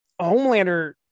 homelander